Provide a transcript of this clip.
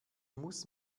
muss